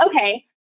okay